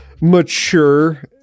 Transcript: mature